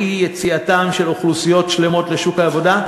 מאי-יציאת אוכלוסיות שלמות לשוק העבודה.